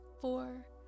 four